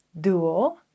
DUO